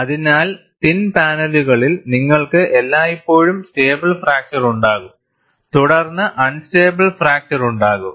അതിനാൽതിൻ പാനലുകളിൽ നിങ്ങൾക്ക് എല്ലായ്പ്പോഴും സ്റ്റേബിൾ ഫ്രാക്ചർ ഉണ്ടാകും തുടർന്ന് അൺസ്റ്റബിൾ ഫ്രാക്ചർ ഉണ്ടാകും